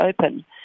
open